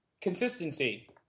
Consistency